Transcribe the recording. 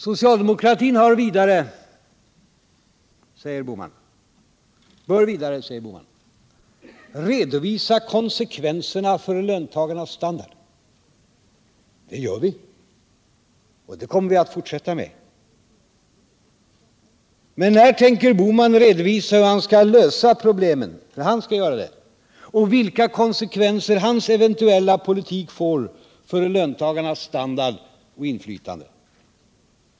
Socialdemokratin bör, säger Bohman vidare, redovisa konsekvenserna för löntagarnas standard. Det gör vi, och det kommer vi att fortsätta med. Men när tänker Gösta Bohman redovisa hur han skall lösa problemen och vilka konsekvenser hans eventuella politik får för löntagarnas standard och inflytande?